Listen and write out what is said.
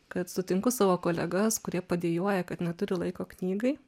kad sutinku savo kolegas kurie padejuoja kad neturi laiko knygai